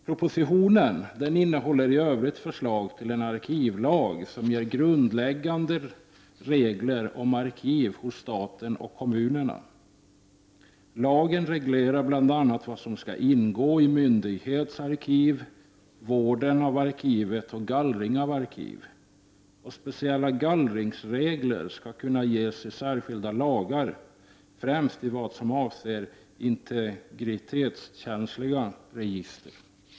Propositionen innehåller i övrigt förslag till en arkivlag som ger grundläggande regler om arkiv hos staten och kommunerna. Lagen reglerar bl.a. vad som skall ingå i en myndighets arkiv samt vård av arkiv och gallring av arkiv. Speciella gallringsregler skall kunna ges i särskilda lagar, främst i vad som avser integritetskänsliga register.